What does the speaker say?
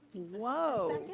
whoa.